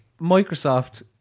Microsoft